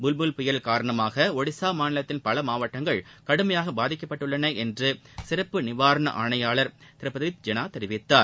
புல் புல் புயல் காரணமாக ஷடிஷா மாநிலத்தின் பல மாவட்டங்கள் கடுமையாக பாதிக்கப்பட்டுள்ளன என்று சிறப்பு நிவாரண ஆணையர் திரு பிரதீப் ஜெனா தெரிவித்தார்